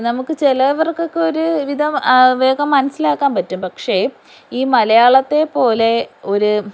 നമുക്ക് ചിലർക്ക് ഒക്കെ ഒരുവിധം വേഗം മനസിലാക്കാൻ പറ്റും പക്ഷേ ഈ മലയാളത്തേപ്പോലെ ഒരു